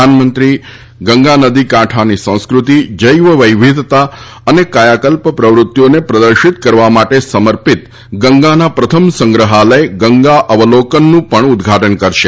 પ્રધાનમંત્રી ગંગા નદી કાંઠાની સંસ્કૃતિ જૈવવિવિધતા અને કાયાકલ્પ પ્રવૃત્તિઓને પ્રદર્શિત કરવા માટે સમર્પિત ગંગાના પ્રથમ સંગ્રહાલય ગંગા અવલોકન નું પણ ઉદ્વાટન કરશે